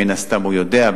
מן הסתם הוא יודע,